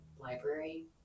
library